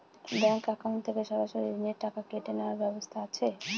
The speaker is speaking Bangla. ব্যাংক অ্যাকাউন্ট থেকে সরাসরি ঋণের টাকা কেটে নেওয়ার ব্যবস্থা আছে?